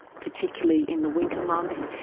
particularly in the winter months,